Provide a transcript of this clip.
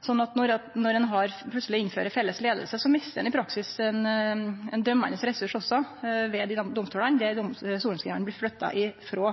når ein plutseleg innfører felles leiing, mistar ein i praksis også ein dømmande ressurs ved dei domstolane der sorenskrivaren blir flytta frå.